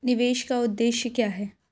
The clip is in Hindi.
निवेश का उद्देश्य क्या है?